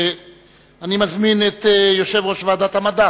אני מזמין את יושב-ראש ועדת המדע